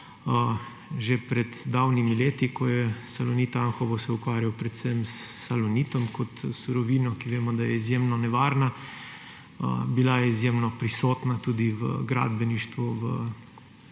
že pred davnimi leti, ko se je Salonit Anhovo ukvarjal predvsem s salonitom kot surovino, ki vemo, da je izjemno nevarna. Bila je izjemno prisotna tudi v gradbeništvu,